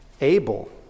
Abel